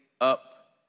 up